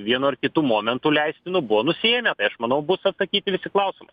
vienu ar kitu momentu leistinu buvo nusiėmę tai aš manau bus atsakyti visi klausimai